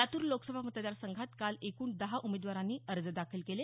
लातूर लोकसभा मतदारसंघात काल एकूण दहा उमेदवारांनी अर्ज दाखल केले